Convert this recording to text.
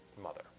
mother